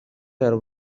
her